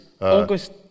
August